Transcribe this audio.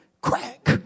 crack